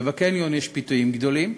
ובקניון יש פיתויים גדולים.